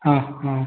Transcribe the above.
ହଁ ହଁ